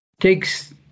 takes